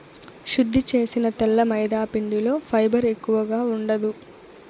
శుద్ది చేసిన తెల్ల మైదాపిండిలో ఫైబర్ ఎక్కువగా ఉండదు